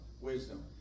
wisdom